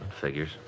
Figures